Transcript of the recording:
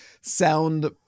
sound